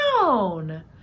down